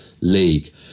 league